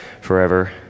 forever